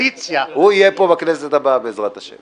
הוא יהיה פה בכנסת הבאה, בעזרת השם.